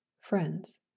friends